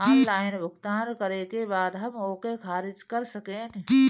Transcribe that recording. Online भुगतान करे के बाद हम ओके खारिज कर सकेनि?